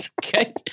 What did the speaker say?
Okay